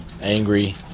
angry